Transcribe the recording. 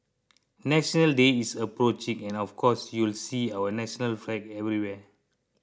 National Day is approaching and of course you'll see our national flag everywhere